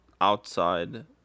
outside